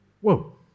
Whoa